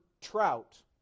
trout